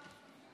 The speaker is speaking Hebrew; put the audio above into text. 47 נגד.